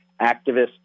activists